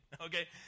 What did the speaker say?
okay